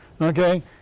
Okay